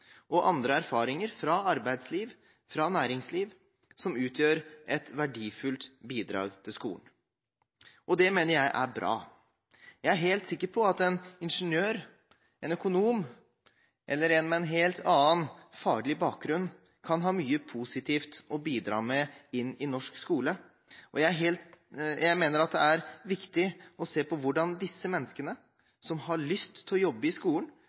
og andre erfaringer fra arbeidsliv, fra næringsliv, som utgjør et verdifullt bidrag til skolen. Det mener jeg er bra. Jeg er helt sikker på at en ingeniør, en økonom eller en med en helt annen faglig bakgrunn kan ha mye positivt å bidra med inn i norsk skole, og jeg mener at det er viktig å se på hvordan disse menneskene som har lyst til å jobbe i skolen,